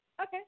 Okay